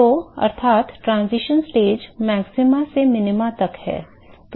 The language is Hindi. तो अर्थात् transition stage मैक्सिमा से मिनिमा तक है